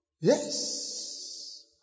Yes